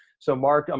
so mark, um